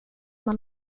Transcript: man